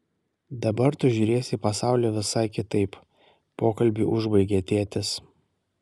dabar tu žiūrėsi į pasaulį visai kitaip pokalbį užbaigė tėtis